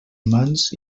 humans